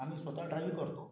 आम्ही स्वत ड्राईव्ह करतो